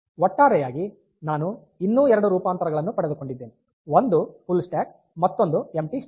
ಒಟ್ಟಾರೆಯಾಗಿ ನಾನು ಇನ್ನೂ ಎರಡು ರೂಪಾಂತರಗಳನ್ನು ಪಡೆದುಕೊಂಡಿದ್ದೇನೆ ಒಂದು ಫುಲ್ ಸ್ಟಾಕ್ ಮತ್ತೊಂದು ಎಂಪ್ಟಿ ಸ್ಟ್ಯಾಕ್